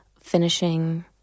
finishing